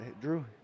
Drew